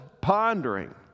pondering